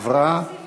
התשע"ד